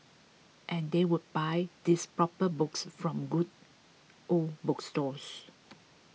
and they would buy these proper books from good old bookstores